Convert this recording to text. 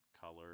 color